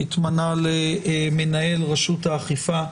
שהתמנה למנהל רשות האכיפה והגבייה.